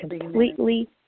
completely